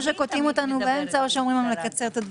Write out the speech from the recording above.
או קוטעים אותנו באמצע או אומרים לנו לקצר.